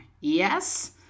Yes